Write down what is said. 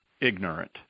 ignorant